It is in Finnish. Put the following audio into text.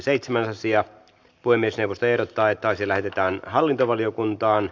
puhemiesneuvosto ehdottaa että asia lähetetään hallintovaliokuntaan